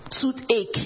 toothache